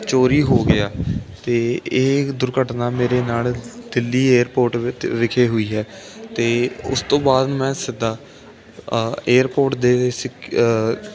ਚੋਰੀ ਹੋ ਗਿਆ ਅਤੇ ਇਹ ਦੁਰਘਟਨਾ ਮੇਰੇ ਨਾਲ ਦਿੱਲੀ ਏਅਰਪੋਰਟ ਵਿ ਵਿਖੇ ਹੋਈ ਹੈ ਅਤੇ ਉਸ ਤੋਂ ਬਾਅਦ ਮੈਂ ਸਿੱਧਾ ਏਅਰਪੋਰਟ ਦੇ ਸਿਕ